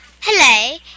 Hello